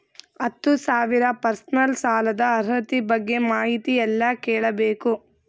ಹತ್ತು ಸಾವಿರ ಪರ್ಸನಲ್ ಸಾಲದ ಅರ್ಹತಿ ಬಗ್ಗೆ ಮಾಹಿತಿ ಎಲ್ಲ ಕೇಳಬೇಕು?